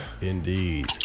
Indeed